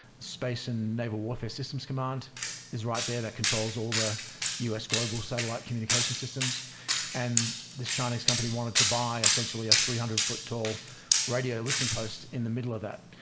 space and naval warfare systems command is right there that controls all the u s. global satellite communication systems and this chinese company wanted to buy essentially a three hundred foot tall radio listing post in the middle of that.